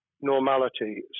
normality